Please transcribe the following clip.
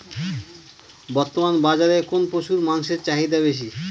বর্তমান বাজারে কোন পশুর মাংসের চাহিদা বেশি?